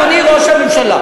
אדוני ראש הממשלה,